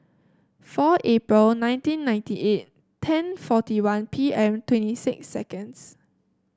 four April nineteen ninety eight ten forty one P M twenty six seconds